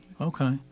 Okay